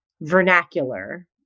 vernacular